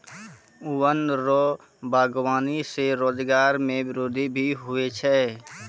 वन रो वागबानी से रोजगार मे वृद्धि भी हुवै छै